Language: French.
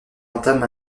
entame